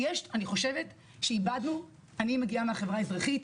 אני מגיעה מהחברה האזרחית.